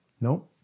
No